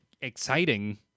exciting